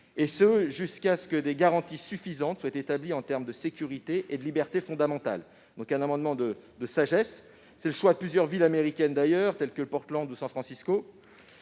et ce jusqu'à ce que des garanties suffisantes soient établies en termes de sécurité et de libertés fondamentales. C'est le choix de plusieurs villes américaines, telles que Portland ou San Francisco.